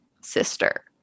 sister